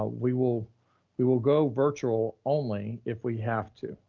ah we will we will go virtual only if we have to,